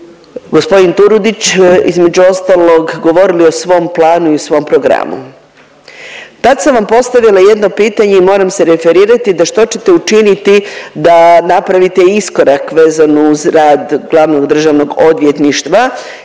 vi g. Turudić između ostalog govorili o svom planu i svom programu. Tad sam vam postavila jedno pitanje i moram se referirati da što ćete učiniti da napravite iskorak vezano uz rad glavnog državnog odvjetništva